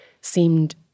seemed